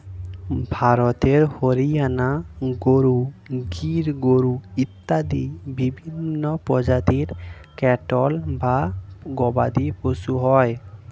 ভারতে হরিয়ানা গরু, গির গরু ইত্যাদি বিভিন্ন প্রজাতির ক্যাটল বা গবাদিপশু হয়